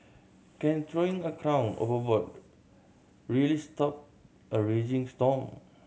can throwing a crown overboard really stop a raging storm